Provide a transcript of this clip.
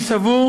אני סבור